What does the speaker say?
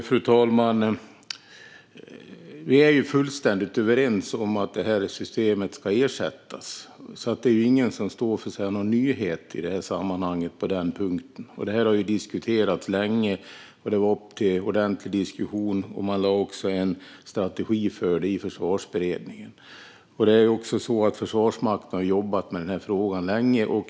Fru talman! Vi är fullständigt överens om att det här systemet ska ersättas. Det är ingen som står för någon nyhet på den punkten. Detta har diskuterats länge. Det var uppe till ordentlig diskussion, och man lade också fram en strategi för det, i Försvarsberedningen. Försvarsmakten har jobbat med den här frågan länge.